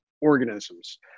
organisms